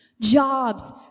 jobs